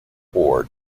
poured